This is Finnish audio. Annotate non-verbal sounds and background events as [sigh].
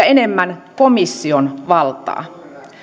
[unintelligible] enemmän komission valtaa